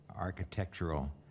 architectural